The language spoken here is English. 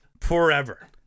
Forever